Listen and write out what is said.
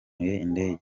indege